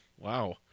Wow